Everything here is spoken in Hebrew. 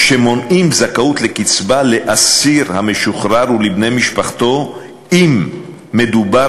שמונעים זכאות לקצבה מאסיר משוחרר ומבני משפחתו אם מדובר